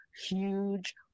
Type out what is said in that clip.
huge